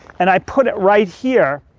and i put it right here.